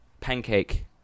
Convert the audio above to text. Pancake